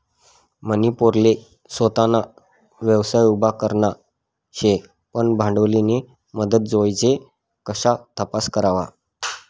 मनी पोरले सोताना व्यवसाय उभा करना शे पन भांडवलनी मदत जोइजे कशा तपास करवा?